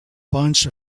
bunch